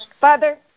Father